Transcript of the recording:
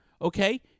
Okay